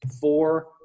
four